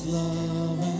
love